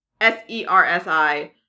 S-E-R-S-I